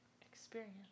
experience